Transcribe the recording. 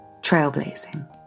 trailblazing